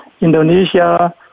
Indonesia